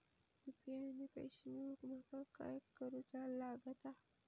UPI ने पैशे मिळवूक माका काय करूचा लागात?